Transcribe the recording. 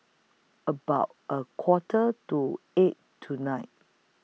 about A Quarter to eight tonight